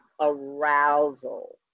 arousal